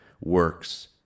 works